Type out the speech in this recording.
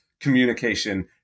communication